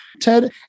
Ted